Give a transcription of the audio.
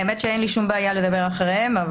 אין לי בעיה לדבר אחריהם.